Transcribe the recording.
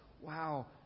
wow